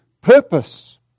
purpose